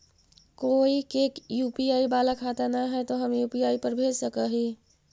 कोय के यु.पी.आई बाला खाता न है तो हम यु.पी.आई पर भेज सक ही?